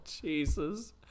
Jesus